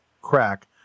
crack